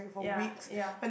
ya ya